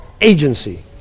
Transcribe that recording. agency